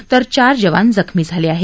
तर चार जवान जखमी झाले आहेत